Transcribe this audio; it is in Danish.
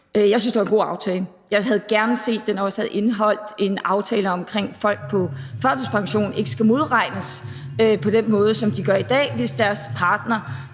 Jeg synes, det var en god aftale. Jeg havde gerne set, at den også havde indeholdt en aftale om, at folk på førtidspension ikke skal modregnes på den måde, som de gør i dag, hvis deres partner